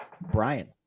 brian